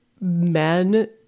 men